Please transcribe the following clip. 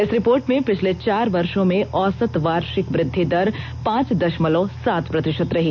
इस रिपोर्ट में पिछले चार वर्षो में औसत वार्षिक वृद्धि दर पांच दषमलव सात प्रतिषत रही